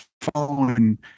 following